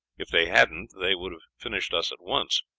if they hadn't they would have finished us at once,